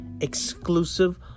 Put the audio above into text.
exclusive